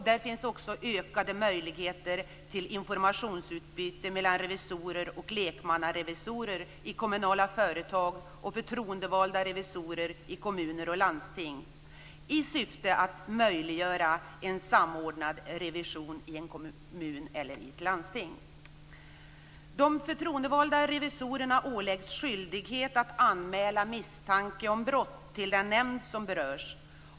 Det finns också ökade möjligheter till informationsutbyte mellan å ena sidan revisorer och lekmannarevisorer i kommunala företag och å andra sidan förtroendevalda revisorer i kommuner och landsting, i syfte att möjliggöra en samordnad revision i en kommun eller ett landsting. De förtroendevalda revisorerna åläggs dessutom skyldighet att anmäla misstanke om brott till den nämnd som berörs.